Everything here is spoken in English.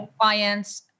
clients